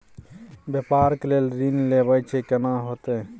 व्यापार के लेल ऋण लेबा छै केना होतै?